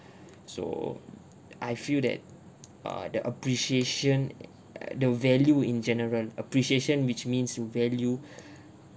so I feel that err the appreciation uh the value in general appreciation which means you value